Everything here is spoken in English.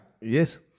Yes